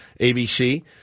ABC